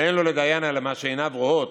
ואין לו לדיין אלא מה שעיניו רואות,